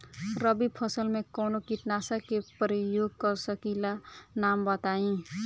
रबी फसल में कवनो कीटनाशक के परयोग कर सकी ला नाम बताईं?